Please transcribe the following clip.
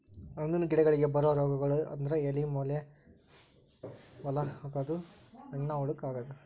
ಹಣ್ಣಿನ ಗಿಡಗಳಿಗೆ ಬರು ರೋಗಗಳು ಅಂದ್ರ ಎಲಿ ಮೇಲೆ ಹೋಲ ಆಗುದು, ಹಣ್ಣ ಹುಳಕ ಅಗುದು